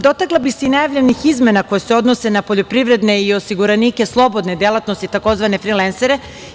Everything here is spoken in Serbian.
Dotakla bih se i najavljenih izmena koje se odnose na poljoprivredne i osiguranike slobodne delatnosti, takozvane frilensere.